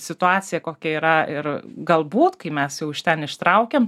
situacija kokia yra ir galbūt kai mes jau iš ten ištraukėm